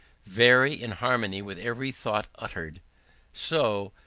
vary in harmony with every thought uttered so,